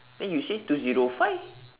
then you say two zero five